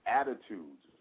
attitudes